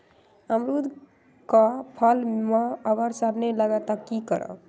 अमरुद क फल म अगर सरने लगे तब की करब?